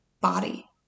body